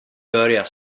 börjar